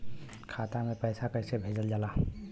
खाता में पैसा कैसे भेजल जाला?